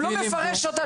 הוא לא מפרש אותה,